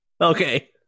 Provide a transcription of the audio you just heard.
Okay